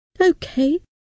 Okay